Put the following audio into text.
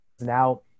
now